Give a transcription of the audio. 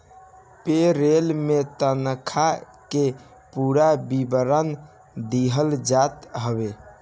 पे role में तनखा के पूरा विवरण दिहल जात हवे